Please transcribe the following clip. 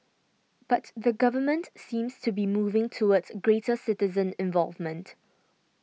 but the government seems to be moving towards greater citizen involvement